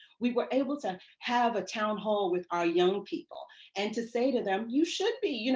we were able to have a town hall with our young people and to say to them, you should be, you know